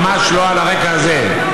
ממש לא על הרקע הזה.